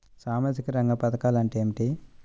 సామాజిక రంగ పధకాలు అంటే ఏమిటీ?